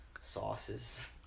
sauces